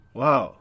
Wow